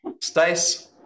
stace